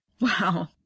Wow